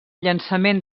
llançament